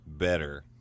better